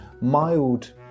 mild